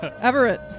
Everett